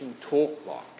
talk-like